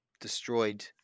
destroyed